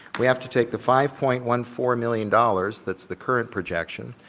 we have to take the five point one four million dollars, that's the current projection,